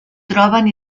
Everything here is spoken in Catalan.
troben